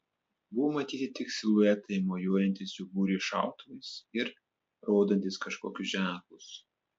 buvo matyti tik siluetai mojuojantys jų būriui šautuvais ir rodantys kažkokius ženklus